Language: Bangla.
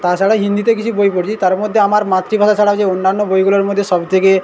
তাছাড়া হিন্দিতে কিছু বই পড়েছি তার মধ্যে আমার মাতৃভাষা ছাড়াও যে অন্যান্য বইগুলোর মধ্যে সবথেকে